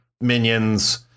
minions